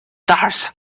doors